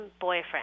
boyfriend